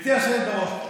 גברתי היושבת בראש,